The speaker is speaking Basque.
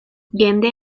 jende